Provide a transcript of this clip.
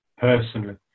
personally